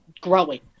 growing